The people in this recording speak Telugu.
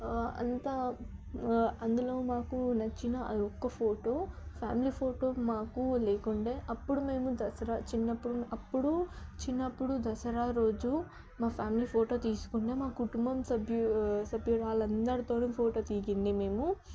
అంతా అందులో మాకు నచ్చిన అది ఒక ఫోటో ఫ్యామిలీ ఫోటో మాకు లేకుండే అప్పుడు మేము దసరా చిన్నప్పుడు అప్పుడు చిన్నప్పుడు దసరా రోజు మా ఫ్యామిలీ ఫోటో తీసుకుండే మా కుటుంబం సభ్యులు సభ్యురాళ్ళు అందరితో ఫోటో దిగుంది మేము